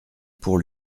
pour